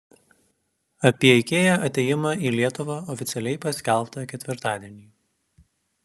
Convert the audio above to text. apie ikea atėjimą į lietuvą oficialiai paskelbta ketvirtadienį